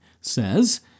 says